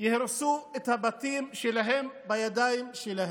יהרסו את הבתים שלהם בידיים שלהם.